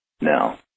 Now